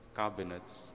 cabinets